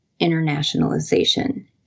internationalization